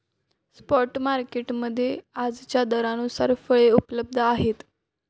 spot market मध्ये आजच्या दरानुसार फळे उपलब्ध आहेत